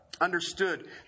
understood